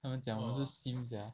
他们讲我是 sim sia